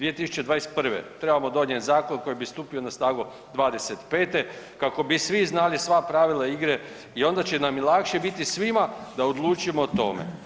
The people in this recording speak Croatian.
2021. trebamo donijeti zakon koji bi stupio na snagu 25. kako bi svi znali sva pravila igre i onda će nam i lakše biti svima da odlučimo o tome.